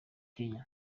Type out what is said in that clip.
kenya